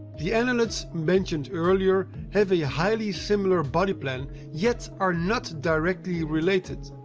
the annelids mentioned earlier have a highly similar body plan yet are not directly related.